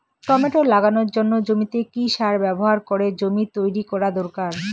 Tomato লাগানোর জন্য জমিতে কি সার ব্যবহার করে জমি তৈরি করা দরকার?